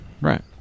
right